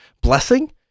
blessing